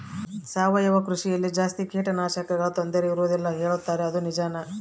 ಸಾವಯವ ಕೃಷಿಯಲ್ಲಿ ಜಾಸ್ತಿ ಕೇಟನಾಶಕಗಳ ತೊಂದರೆ ಇರುವದಿಲ್ಲ ಹೇಳುತ್ತಾರೆ ಅದು ನಿಜಾನಾ?